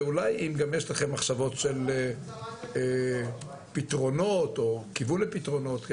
ואולי אם גם יש לכם מחשבות של פתרונות או כיוון לפתרונות.